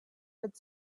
with